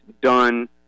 done